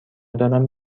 دارم